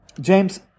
James